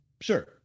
sure